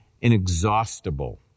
inexhaustible